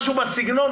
משהו בסגנון,